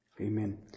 amen